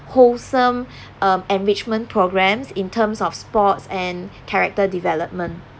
wholesome um enrichment programmes in terms of sports and character development